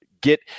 get